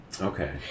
Okay